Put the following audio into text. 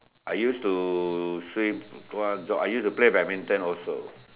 I used to swim go out jog I used to play badminton also